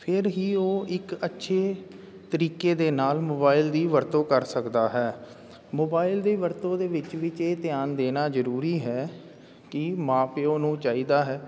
ਫਿਰ ਹੀ ਉਹ ਇੱਕ ਅੱਛੇ ਤਰੀਕੇ ਦੇ ਨਾਲ ਮੋਬਾਈਲ ਦੀ ਵਰਤੋਂ ਕਰ ਸਕਦਾ ਹੈ ਮੋਬਾਇਲ ਦੀ ਵਰਤੋਂ ਦੇ ਵਿੱਚ ਵਿੱਚ ਇਹ ਧਿਆਨ ਦੇਣਾ ਜ਼ਰੂਰੀ ਹੈ ਕਿ ਮਾਂ ਪਿਓ ਨੂੰ ਚਾਹੀਦਾ ਹੈ